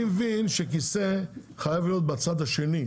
אני מבין שכיסא חייב להיות בצד השני,